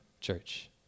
church